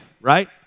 right